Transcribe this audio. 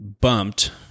bumped